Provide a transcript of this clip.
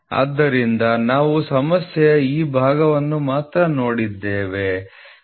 ಆದ್ದರಿಂದ ನಾವು ಸಮಸ್ಯೆಯ ಈ ಭಾಗವನ್ನು ಮಾತ್ರ ನೋಡುತ್ತಿದ್ದೇವೆ